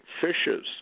fishes